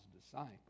disciples